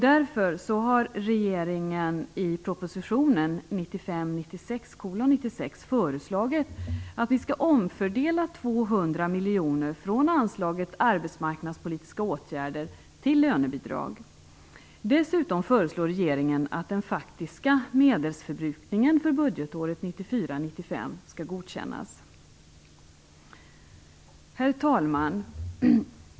Därför har regeringen i propositionen 1995 95 skall godkännas. Herr talman!